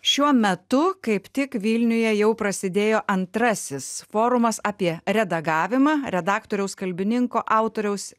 šiuo metu kaip tik vilniuje jau prasidėjo antrasis forumas apie redagavimą redaktoriaus kalbininko autoriaus